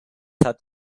hat